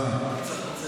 ההצעה להעביר את